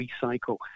recycle